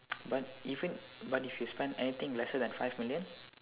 but even but if you spend anything lesser than five million